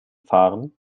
fahren